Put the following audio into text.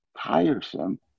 tiresome